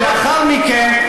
ולאחר מכן,